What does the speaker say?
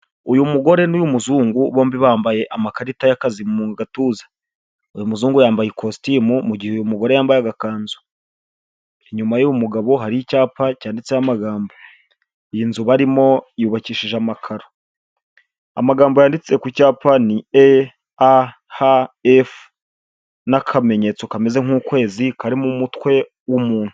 Uyu mugore n'uy'umuzungu bombi bambaye amakarita y'akazi mu gatuza, uyu muzungu yambaye ikositimu mu gihe uyu mugore yambaye agakanzu. Inyuma y'uwo mugabo hari icyapa cyanditseho amagambo, iyi nzu barimo yubakishije amakaro, amagambo yanditse ku cyapa ni EAHF n'akamenyetso kameze nk'ukwezi karimo umutwe w'umuntu.